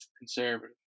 conservative